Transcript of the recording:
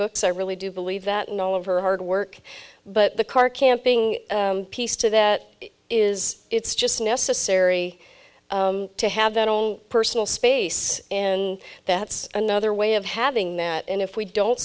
books i really do believe that in all of her hard work but the car camping piece to that is it's just necessary to have that own personal space and that's another way of having that and if we don't